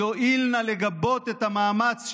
יואיל נא לגבות את המאמץ,